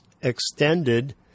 extended